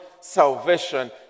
salvation